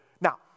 Now